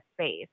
space